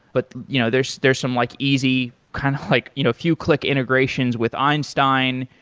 but you know there's there's some like easy kind of like you know few click integrations with einstein,